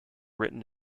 written